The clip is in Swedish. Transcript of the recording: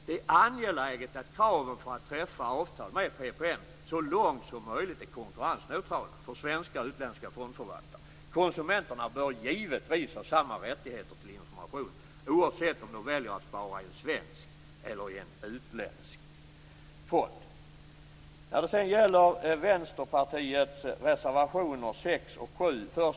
Det är angeläget att kraven för att träffa avtal med PPM så långt som möjligt är konkurrensneutrala för svenska och utländska fondförvaltare. Konsumenterna bör givetvis ha samma rättigheter till information, oavsett om de väljer att spara i en svensk eller i en utländsk fond. Vänsterpartiet har reservationerna 6 och 7.